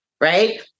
right